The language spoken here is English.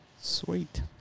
Sweet